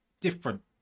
different